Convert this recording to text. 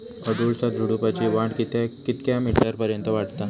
अडुळसा झुडूपाची वाढ कितक्या मीटर पर्यंत वाढता?